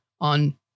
on